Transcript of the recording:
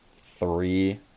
three